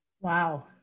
wow